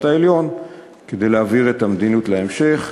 העליון כדי להבהיר את המדיניות בהמשך.